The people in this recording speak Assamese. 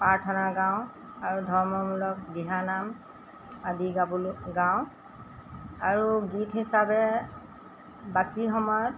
প্ৰাৰ্থনা গাওঁ আৰু ধৰ্মমূলক দিহানাম আদি গাবলৈ গাওঁ আৰু গীত হিচাপে বাকী সময়ত